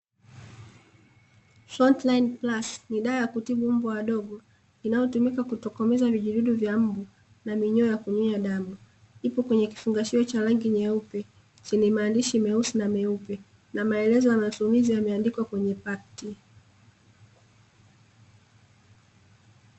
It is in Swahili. Frontilaini plasi ni dawa ya kutibu mbwa wadogo inayotumika kutokomeza vijidudu vya mbwa na minyoo na kunyonya damu, ipo kwenye kifungashio cha rangi nyeupe, chenye maandishi meusi na meupe, na maelezo ya matumizi yameandikwa kwenye pakiti.